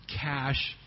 cash